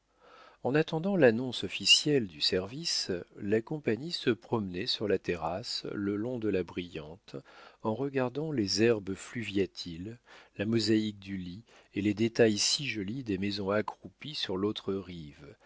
en attendant l'annonce officielle du service la compagnie se promenait sur la terrasse le long de la brillante en regardant les herbes fluviatiles la mosaïque du lit et les détails si jolis des maisons accroupies sur l'autre rive